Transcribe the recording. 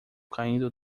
caindo